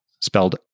spelled